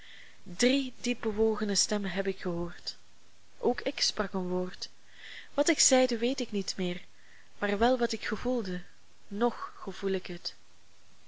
drie diepbewogene stemmen heb ik gehoord ook ik sprak een woord wat ik zeide weet ik niet meer maar wel wat ik gevoelde nog gevoel ik het